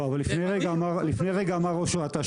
לפני רגע אמר ראש רת"א,